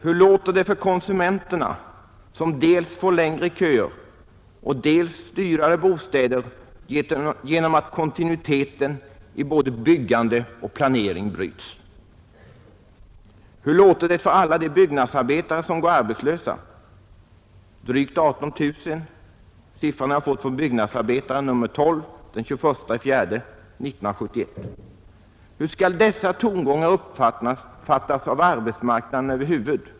Hur låter det för konsumenterna som får dels längre köer, dels dyrare bostäder genom att kontinuiteten i både byggande och planering bryts? Hur låter det för alla de byggnadsarbetare som går arbetslösa? De är drygt 18 000 — siffran har jag hämtat ur Byggnadsarbetaren nr 12 av den 21 april i år. Hur skall dessa tongångar uppfattas av arbetsmarknaden över huvud?